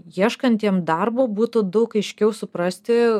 ieškantiem darbo būtų daug aiškiau suprasti